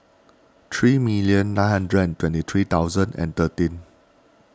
three million nine hundred and twenty three thousand and thirteen